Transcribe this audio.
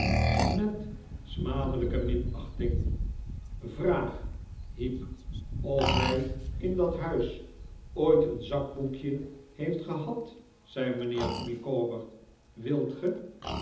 met smadelijke minachting vraag heep of hij in dat huis ooit een zakboekje heeft gehad zei mijnheer micawber wilt ge